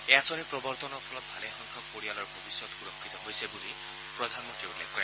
এই আঁচনি প্ৰৱৰ্তনৰ ফলত ভালেসংখ্যক পৰিয়ালৰ ভৱিষ্যত সুৰক্ষিত হৈছে বুলি প্ৰধানমন্ত্ৰীয়ে উল্লেখ কৰে